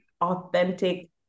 authentic